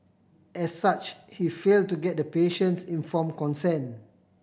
as such he fail to get the patient's inform consent